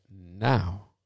now